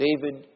David